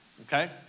okay